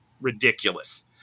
ridiculous